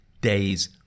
day's